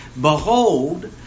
Behold